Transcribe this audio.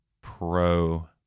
pro